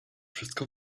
wszystko